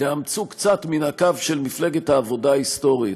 תאמצו קצת מן הקו של מפלגת העבודה ההיסטורית.